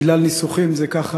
בגלל ניסוחים זה כך